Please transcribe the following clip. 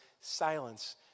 Silence